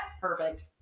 perfect